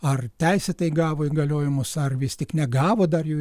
ar teisėtai gavo įgaliojimus ar vis tik negavo dar jų